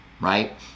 right